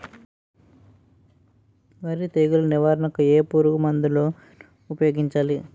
వరి తెగుల నివారణకు ఏ పురుగు మందు ను ఊపాయోగించలి?